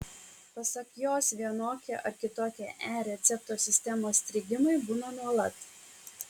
pasak jos vienokie ar kitokie e recepto sistemos strigimai būna nuolat